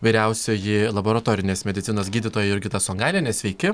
vyriausioji laboratorinės medicinos gydytoja jurgita songailienė sveiki